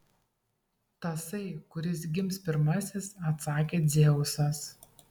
tasai kuris gims pirmasis atsakė dzeusas